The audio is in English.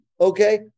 okay